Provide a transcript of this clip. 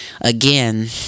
again